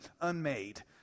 unmade